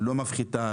לא מפחיתה,